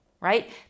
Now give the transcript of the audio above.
right